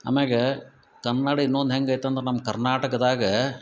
ಆಮೇಗ ಕನ್ನಡ ಇನ್ನೊಂದು ಹೆಂಗೈತಂದ್ರ ನಮ್ಮ ಕರ್ನಾಟಕದಾಗ